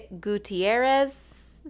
Gutierrez